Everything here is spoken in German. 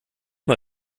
mal